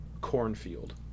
cornfield